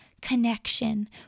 Connection